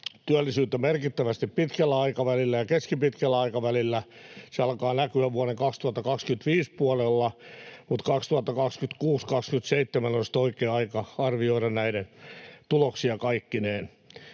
työllisyyttä merkittävästi pitkällä aikavälillä ja keskipitkällä aikavälillä. Se alkaa näkyä vuoden 2025 puolella, mutta 2026—27 on sitten oikea aika arvioida näiden tuloksia kaikkineen.